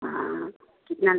हाँ कितना